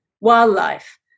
wildlife